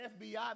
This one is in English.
FBI